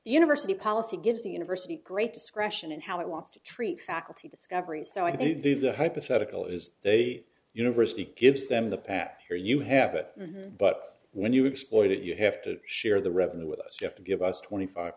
university policy gives the university great discretion in how it wants to treat faculty discoveries so i do believe the hypothetical is a university gives them the path where you have it but when you exploited you have to share the revenue with us you have to give us twenty five